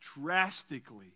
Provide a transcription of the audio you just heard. drastically